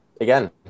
again